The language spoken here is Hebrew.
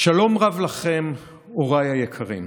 "שלום רב לכם, הוריי היקרים.